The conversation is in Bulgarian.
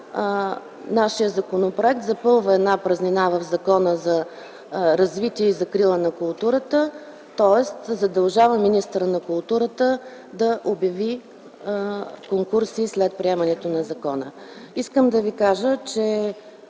нашият законопроект запълва една празнина в Закона за закрила и развитие на културата, тоест задължава министъра на културата да обяви конкурси след приемането на закона. Искам да ви кажа, че